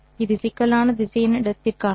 இது சிக்கலான திசையன் இடத்திற்கானது